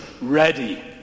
ready